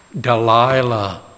Delilah